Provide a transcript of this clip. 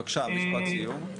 בבקשה, משפט סיום.